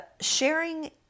sharing